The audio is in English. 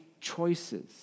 choices